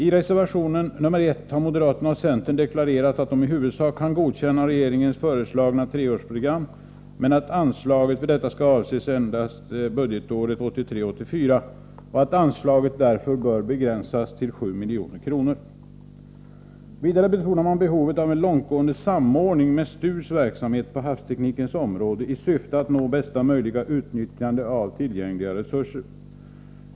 I reservation 1 har moderaterna och centern deklarerat att de i huvudsak kan godkänna det av regeringen föreslagna treårsprogrammet men att anslaget för detta skall avse endast budgetåret 1983/84 och att anslaget därför bör begränsas till 7 milj.kr. Vidare betonar man behovet av en långtgående samordning med STU:s verksamhet på havsteknikens område i syfte att nå bästa möjliga utnyttjande av tillgängliga resurser.